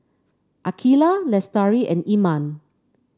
Aqilah Lestari and Iman